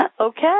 Okay